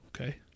Okay